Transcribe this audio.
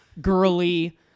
girly